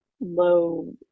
low